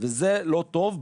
וזה לא טוב,